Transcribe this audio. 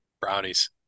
Brownies